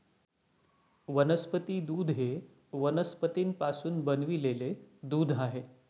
वनस्पती दूध हे वनस्पतींपासून बनविलेले दूध आहे